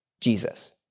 Jesus